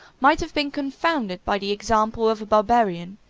might have been confounded by the example of a barbarian,